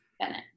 Bennett